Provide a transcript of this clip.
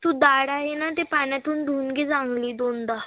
तू डाळ आहे ना ती पाण्यातून धुऊन घे चांगली दोनदा